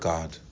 God